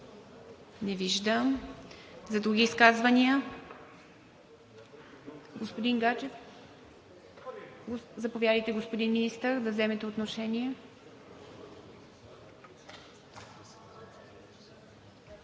Не виждам. Други изказвания? Господин Гаджев? Заповядайте, господин Министър, да вземете отношение.